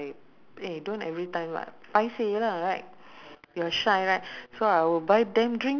ah for me I'm used to although I live in the east my work place is in tuas